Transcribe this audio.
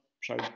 show